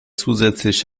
zusätzlich